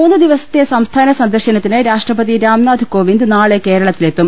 മൂന്ന് ദിവസത്തെ സംസ്ഥാന സന്ദർശനത്തിന് രാഷ്ട്രപതി രാംനാഥ് കോവിന്ദ് നാളെ കേരളത്തിലെത്തും